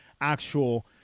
actual